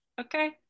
Okay